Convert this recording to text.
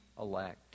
elect